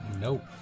Nope